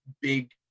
big